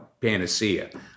panacea